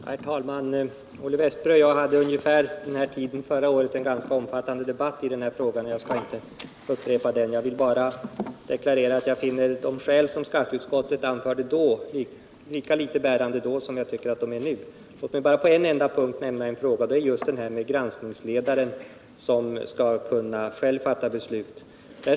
Herr talman! Olle Westberg i Hofors och jag förde vid ungefär den här tiden förra året en ganska omfattande debatt i denna fråga, och jag skall inte göra en upprepning. Jag vill bara deklarera att jag finner att de skäl som skatteutskottet anförde förra året var lika litet bärande då som jag tycker att samma skäl är nu. Låt mig dock nämna en enda punkt. Den gäller detta med granskningsledaren, som själv skall kunna fatta beslut.